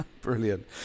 Brilliant